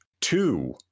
two